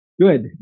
Good